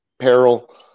peril